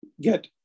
get